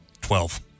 Twelve